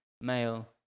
male